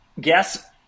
guess